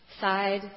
side